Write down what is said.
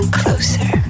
closer